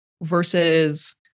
versus